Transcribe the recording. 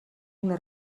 una